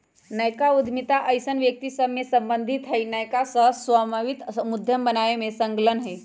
नयका उद्यमिता अइसन्न व्यक्ति सभसे सम्बंधित हइ के नयका सह स्वामित्व उद्यम बनाबे में संलग्न हइ